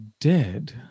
Dead